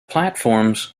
platforms